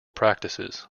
practices